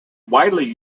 widely